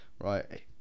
Right